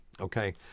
Okay